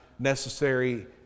necessary